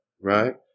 right